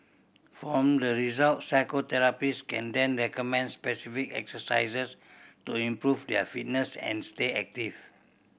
from the results physiotherapists can then recommend specific exercises to improve their fitness and stay active